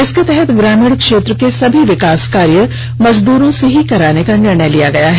इसके तहत ग्रामीण क्षेत्र के सभी विकास कार्य मजदूरों से ही कराने का निर्णय लिया है